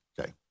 okay